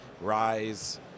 Rise